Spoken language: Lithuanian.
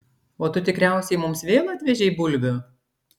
o tu tikriausiai mums vėl atvežei bulvių